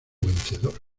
vencedor